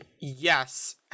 Yes